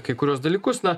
kai kuriuos dalykus na